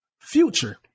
future